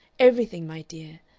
everything, my dear,